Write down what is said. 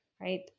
right